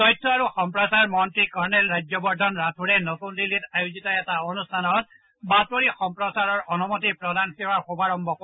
তথ্য আৰু সম্প্ৰচাৰ মন্ত্ৰী কৰ্ণেল ৰাজ্যবৰ্ধন ৰাথোড়ে নতুন দিল্লীত আয়োজিত এটা অনুষ্ঠানত বাতৰি সম্প্ৰচাৰ অনুমতি প্ৰদান সেৱাৰ শুভাৰম্ভ কৰে